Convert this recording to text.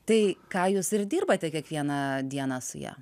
tai ką jūs ir dirbate kiekvieną dieną su ja